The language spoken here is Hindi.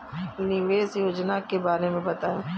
निवेश योजना के बारे में बताएँ?